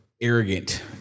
arrogant